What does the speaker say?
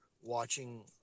watching